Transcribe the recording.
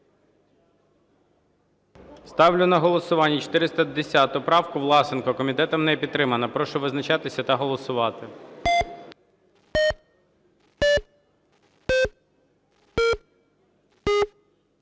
Ставлю на голосування 410 правку Власенка. Комітетом не підтримана. Прошу визначатися та голосувати.